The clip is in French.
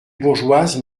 bourgeoises